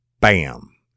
Bam